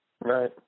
Right